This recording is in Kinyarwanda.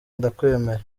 ndakwemera